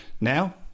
Now